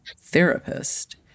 therapist